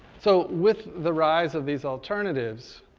so, with the rise of these alternatives,